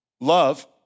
love